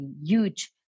huge